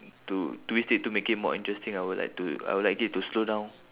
to twist it to make it more interesting I would like to I would like it to slow down